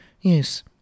yes